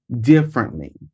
differently